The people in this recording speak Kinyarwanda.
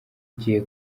ugiye